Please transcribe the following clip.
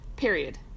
Period